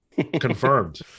confirmed